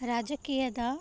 ರಾಜಕೀಯದ